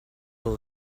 will